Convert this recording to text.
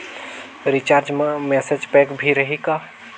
Recharge मा message pack भी रही का?